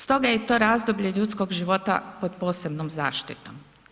Stoga je to razdoblje ljudskog života pod posebnom zaštitom.